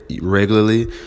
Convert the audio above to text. regularly